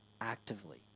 actively